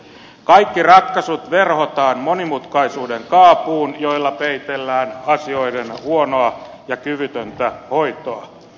kaikki ratkaisut verhotaan monimutkaisuuden kaapuun jolla peitellään asioiden huonoa ja kyvytöntä hoitoa